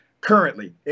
currently